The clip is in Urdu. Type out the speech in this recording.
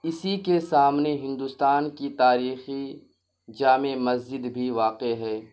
اسی کے سامنے ہندوستان کی تاریخی جامع مسجد بھی واقع ہے